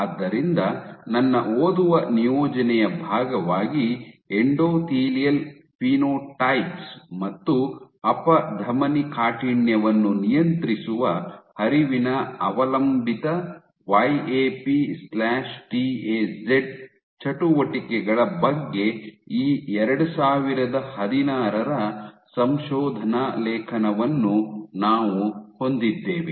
ಆದ್ದರಿಂದ ನನ್ನ ಓದುವ ನಿಯೋಜನೆಯ ಭಾಗವಾಗಿ ಎಂಡೋಥೀಲಿಯಲ್ ಫಿನೋಟೈಪ್ಸ್ ಮತ್ತು ಅಪಧಮನಿ ಕಾಠಿಣ್ಯವನ್ನು ನಿಯಂತ್ರಿಸುವ ಹರಿವಿನ ಅವಲಂಬಿತ ವೈಎಪಿಟಿಎಝೆಡ್ YAPTAZ ಚಟುವಟಿಕೆಗಳ ಬಗ್ಗೆ ಈ 2016 ಸಂಶೋಧನಾ ಲೇಖನವನ್ನು ನಾವು ಹೊಂದಿದ್ದೇವೆ